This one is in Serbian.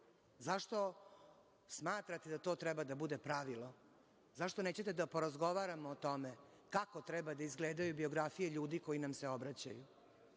Zašto smatrate da to treba da bude pravilo? Zašto nećete da porazgovaramo o tome kako treba da izgledaju biografije ljudi koji nam se obraćaju? Hajde